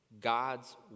God's